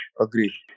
agree